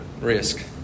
Risk